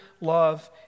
love